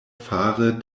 fare